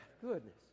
Goodness